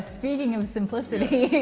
speaking of simplicity.